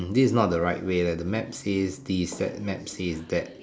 this is not the right way leh the map says this that map says that